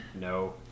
no